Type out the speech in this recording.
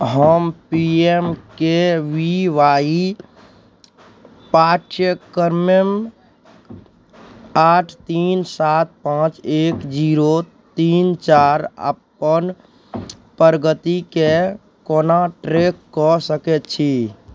हम P M K V Y पाठ्यक्रम आठ तीन सात पाँच एक जीरो तीन चारि अपन प्रगतिकेँ कोना ट्रैक कऽ सकै छी